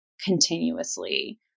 continuously